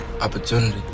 Opportunity